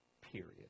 Period